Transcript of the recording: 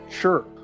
Sure